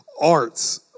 arts